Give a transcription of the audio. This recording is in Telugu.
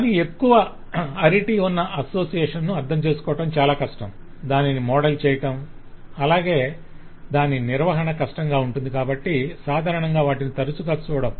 కానీ ఎక్కువ అరిటీ ఉన్న అసోసియేషన్ ను అర్ధం చేసుకోవడం చాలా కష్టం దానిని మోడల్ చేయటం అలాగే దాని నిర్వహణ కష్టంగా ఉంటుంది కాబట్టి సాధారణంగా వాటిని తరచుగా చూడం